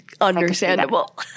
understandable